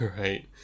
Right